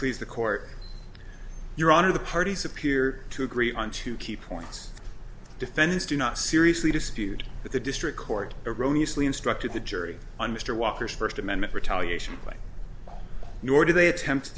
please the court your honor the parties appear to agree on two key points defendants do not seriously dispute that the district court erroneous lee instructed the jury on mr walker's first amendment retaliation nor did they attempt to